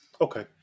Okay